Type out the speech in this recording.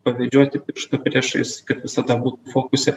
pavedžioti pirštu priešais visada būt fokuse